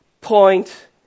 point